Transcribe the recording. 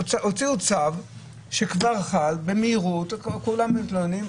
הוציאו צו שכבר חל במהירות, כולם מתלוננים.